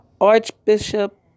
Archbishop